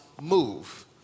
move